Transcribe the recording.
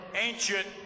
ancient